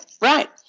right